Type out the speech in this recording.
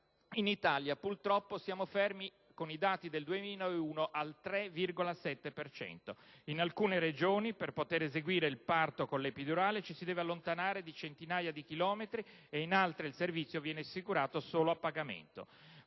in Italia purtroppo siamo fermi, con i dati del 2001, al 3,7 per cento. In alcune Regioni per poter eseguire il parto con l'epidurale ci si deve allontanare di centinaia di chilometri e in altre il servizio viene assicurato solo a pagamento.